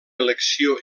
elecció